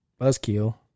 Buzzkill